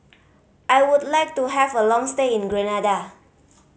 I would like to have a long stay in Grenada